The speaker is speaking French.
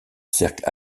cercle